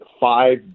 Five